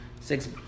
six